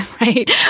right